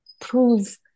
prove